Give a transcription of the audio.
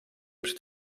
przed